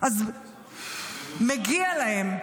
מגיע להם,